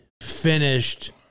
finished